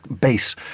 base